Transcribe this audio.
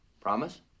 Promise